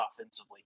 offensively